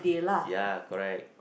ya correct